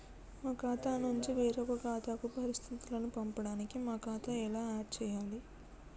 మా ఖాతా నుంచి వేరొక ఖాతాకు పరిస్థితులను పంపడానికి మా ఖాతా ఎలా ఆడ్ చేయాలి?